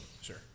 Sure